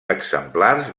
exemplars